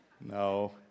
No